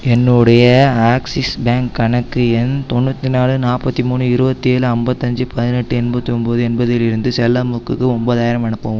என்னுடைய Axis bank கணக்கு எண் தொண்ணூற்றி நாலு நாற்பத்தி மூணு இருபத்தேழு ஐம்பத்தஞ்சு பதினெட்டு எண்பத்தி ஒம்போது எண்பதிலிருந்து செல்லமுக்குக்கு ஒம்போதாயிரம் அனுப்பவும்